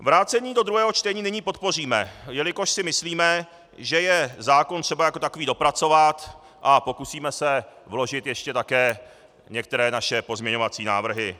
Vrácení do druhého čtení nyní podpoříme, jelikož si myslíme, že je zákon třeba jako takový dopracovat, a pokusíme se vložit ještě také některé naše pozměňovací návrhy.